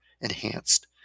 enhanced